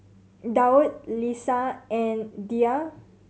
Daud Lisa and Dhia